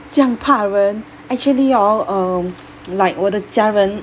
这样怕人 actually orh um like 我的家人